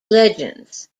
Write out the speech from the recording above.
legends